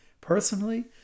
Personally